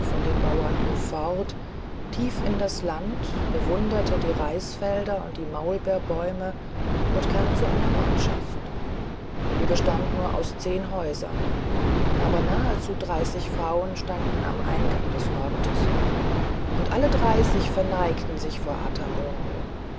von dem bauernhof fort tiefer in das land bewunderte die reisfelder und die maulbeerbäume und kam zu einer ortschaft die bestand nur aus zehn häusern aber nahezu dreißig frauen standen am eingang des ortes und alle dreißig verneigten sich vor